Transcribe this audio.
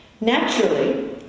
Naturally